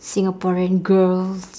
singaporean girls